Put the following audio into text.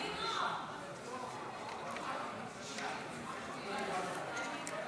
(קורא בשמות חברי הכנסת)